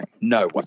No